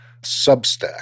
Substack